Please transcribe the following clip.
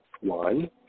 one